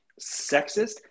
sexist